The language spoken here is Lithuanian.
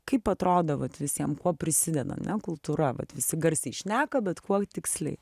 kaip atrodo vat visiem kuo prisideda ane kultūra vat visi garsiai šneka bet kuo tiksliai